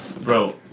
Bro